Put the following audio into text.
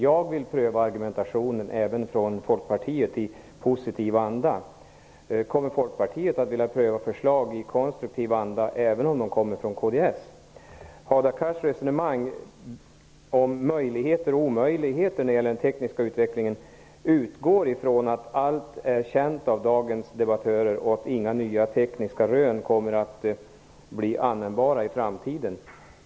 Jag vill pröva Folkpartiets argument i positiv anda. Kommer Folkpartiet att i konstruktiv anda vilja pröva förslag, även om de kommer från kds? Hadar Cars resonemang om möjligheter och omöjligheter när det gäller den tekniska utvecklingen utgår från att allt är känt av dagens debattörer och att inga nya tekniska rön kommer att bli användbara i framtiden.